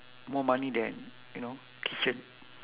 more money than you know kitchen